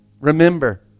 remember